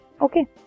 Okay